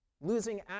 losing